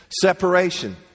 separation